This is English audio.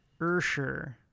Ursher